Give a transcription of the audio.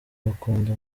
bakunda